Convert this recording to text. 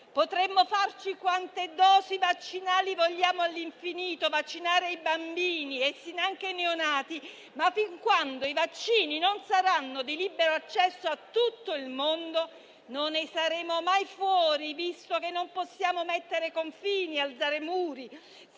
Potremo farci quante dosi vaccinali vogliamo all'infinito, vaccinare i bambini e finanche i neonati, ma, fin quando i vaccini non saranno di libero accesso a tutto il mondo, non ne saremo mai fuori, visto che non possiamo mettere confini, alzare muri,